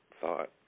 thought